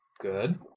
Good